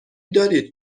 دارید